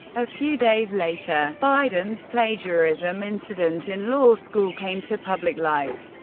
a few days later, biden's plagiarism incident in law school came to public light.